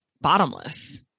bottomless